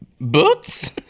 Boots